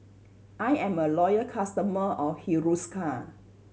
I am a loyal customer of Hiruscar